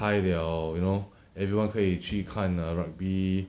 开了 you know everyone 可以去看 err rugby